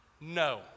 no